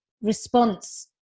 response